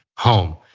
home.